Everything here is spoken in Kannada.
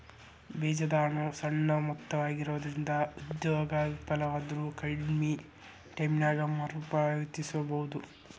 ಬೇಜದ ಹಣ ಸಣ್ಣ ಮೊತ್ತವಾಗಿರೊಂದ್ರಿಂದ ಉದ್ಯೋಗ ವಿಫಲವಾದ್ರು ಕಡ್ಮಿ ಟೈಮಿನ್ಯಾಗ ಮರುಪಾವತಿಸಬೋದು